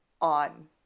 on